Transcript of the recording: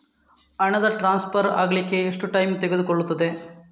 ಹಣ ಟ್ರಾನ್ಸ್ಫರ್ ಅಗ್ಲಿಕ್ಕೆ ಎಷ್ಟು ಟೈಮ್ ತೆಗೆದುಕೊಳ್ಳುತ್ತದೆ?